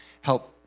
help